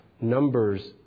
numbers